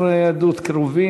16) (עדות קרובים),